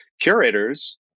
Curators